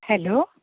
hello